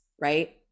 Right